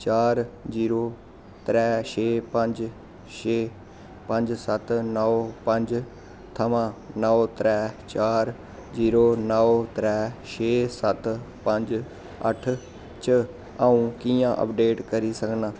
चार जीरो त्रै छे पंज छे पंज सत्त नौ पंज थमां नौ त्रै चार जीरो नौ त्रै छे सत्त पंज अट्ठ च अ'ऊं कि'यां अपडेट करी सकनां